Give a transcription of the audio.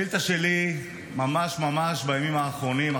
השאילתה שלי: ממש ממש בימים האחרונים,